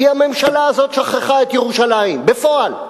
כי הממשלה הזאת שכחה את ירושלים, בפועל.